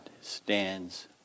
stands